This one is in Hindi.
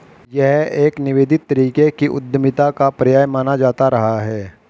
यह एक निवेदित तरीके की उद्यमिता का पर्याय माना जाता रहा है